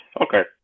Okay